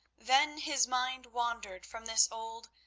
then his mind wandered from this old,